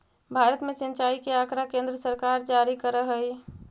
भारत में सिंचाई के आँकड़ा केन्द्र सरकार जारी करऽ हइ